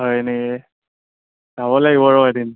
হয়নে যাব লাগিব ৰহ এদিন